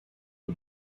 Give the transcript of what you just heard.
who